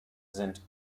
sind